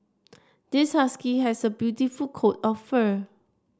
this husky has a beautiful coat of fur